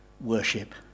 worship